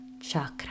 chakra